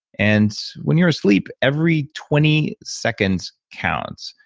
and when you're asleep every twenty seconds counts,